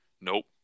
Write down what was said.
nope